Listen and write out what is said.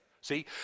See